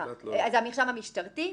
זה המרשם המשטרתי.